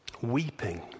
weeping